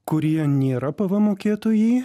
kurie nėra pvm mokėtojai